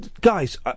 guys